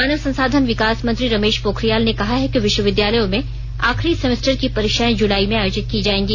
मानव संसाधन विकास मंत्री रमेष पोखरियाल ने कहा है कि विष्वविद्यालयों में आखिरी सेमेस्टर की परीक्षाएं जुलाई में आयोजित की जायेगी